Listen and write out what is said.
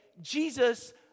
Jesus